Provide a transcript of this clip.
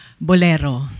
Bolero